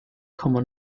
komma